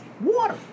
water